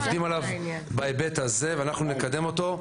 עובדים עליו בהיבט הזה ואנחנו נקדם אותו,